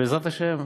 בעזרת השם,